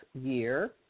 year